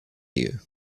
you